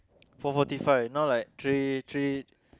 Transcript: four forty five now like three three